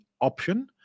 option